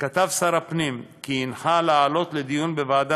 כתב שר הפנים כי הנחה להעלות לדיון בוועדה